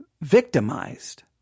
victimized